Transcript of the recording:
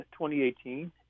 2018